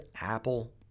Apple